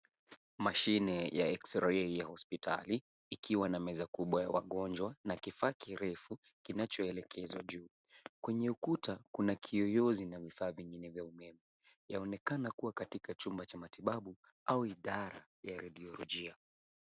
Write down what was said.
Mashine ya eksirei ya hospital ikiwa na meza kubwa wagonjwa na kifaa kirefu kinachoelekezwa juu. Kwenye ukuta, kuna kiyoyozi na vifaa vingine vya umeme. Yaonekana kuwa katika chumba cha matibabu au idara ya rediolojia.